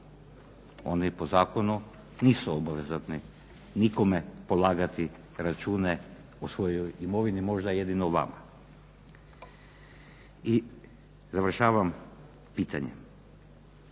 Oni po zakonu nisu obvezatni nikome polagati račune o svojoj imovini, možda jedino vama. I završavam pitanjem